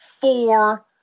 four